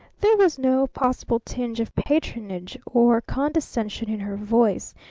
there was no possible tinge of patronage or condescension in her voice,